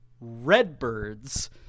Redbirds